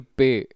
pay